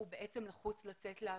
הוא לחוץ לצאת לעבוד,